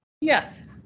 Yes